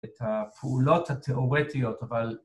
‫את הפעולות התיאורטיות, אבל...